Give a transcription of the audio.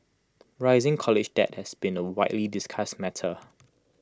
rising college debt has been A widely discussed matter